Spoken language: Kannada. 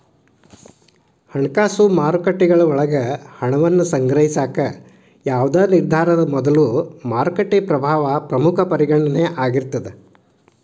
ಹಣಕಾಸು ಮಾರುಕಟ್ಟೆಗಳ ಒಳಗ ಹಣವನ್ನ ಸಂಗ್ರಹಿಸಾಕ ಯಾವ್ದ್ ನಿರ್ಧಾರದ ಮೊದಲು ಮಾರುಕಟ್ಟೆ ಪ್ರಭಾವ ಪ್ರಮುಖ ಪರಿಗಣನೆ ಆಗಿರ್ತದ